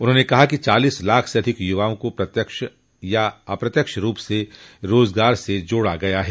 उन्होंने कहा कि चालीस लाख से अधिक युवाओं को प्रत्यक्ष अथवा अप्रत्यक्ष रूप से रोजगार से जोड़ा गया है